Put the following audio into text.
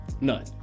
None